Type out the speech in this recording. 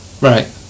Right